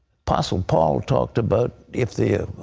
apostle paul talked about if the